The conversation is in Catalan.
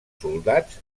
soldats